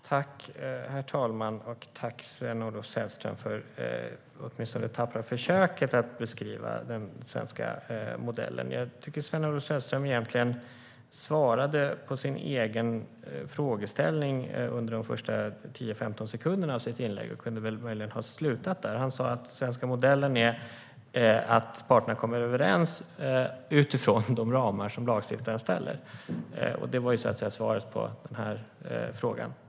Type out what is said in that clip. Herr talman! Tack, Sven-Olof Sällström, för åtminstone det tappra försöket att beskriva den svenska modellen. Jag tycker att Sven-Olof Sällström egentligen svarade på sin egen frågeställning under de första 10-15 sekunderna av sitt inlägg och kunde möjligen ha slutat där. Han sa att den svenska modellen är att parterna kommer överens utifrån de ramar som lagstiftaren sätter upp. Det var svaret på frågan.